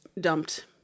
dumped